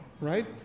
right